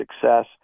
success